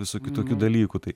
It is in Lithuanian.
visokių tokių dalykų tai